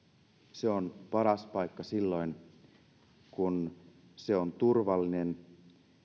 se on paras paikka silloin kun se on turvallinen